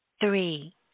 Three